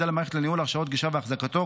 למערכת לניהול הרשאות גישה ואחזקתו.